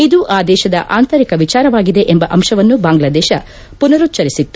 ಇದು ಆ ದೇಶದ ಅಂತರಿಕ ವಿಚಾರವಾಗಿದೆ ಎಂಬ ಅಂಶವನ್ನು ಬಾಂಗ್ಲಾದೇಶ ಪುನರುಚ್ವರಿಸಿತ್ತು